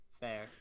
Fair